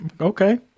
Okay